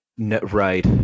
Right